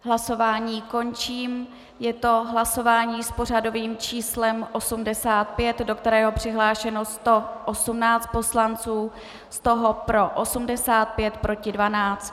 Hlasování končím, je to hlasování s pořadovým číslem 85, do kterého je přihlášeno 118 poslanců, z toho pro 85, proti 12.